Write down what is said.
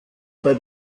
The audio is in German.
bei